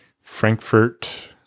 Frankfurt